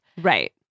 right